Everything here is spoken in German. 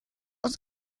aus